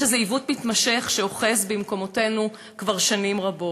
יש איזה עיוות מתמשך שאוחז במקומותינו כבר שנים רבות,